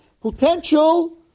potential